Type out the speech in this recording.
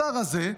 השר הזה,